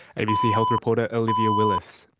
abc health reporter olivia willis.